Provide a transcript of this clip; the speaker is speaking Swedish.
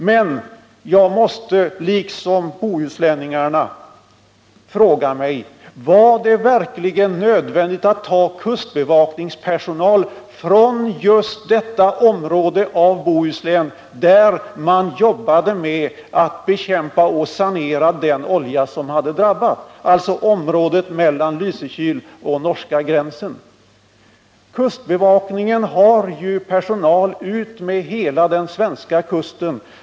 Men jag måste liksom bohuslänningarna fråga mig: Var det verkligen nödvändigt att ta kustbevakningspersonal från just det område av Bohuslän där man jobbade med att bekämpa och sanera olja, alltså området mellan Lysekil och norska gränsen? Kustbevakningen har ju personal utmed hela den svenska kusten.